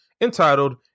entitled